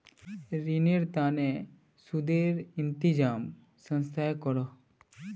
रिनेर तने सुदेर इंतज़ाम संस्थाए करोह